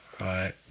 right